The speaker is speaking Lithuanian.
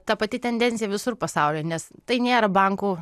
ta pati tendencija visur pasaulyje nes tai nėra bankų